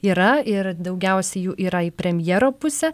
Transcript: yra ir daugiausiai jų yra į premjero pusę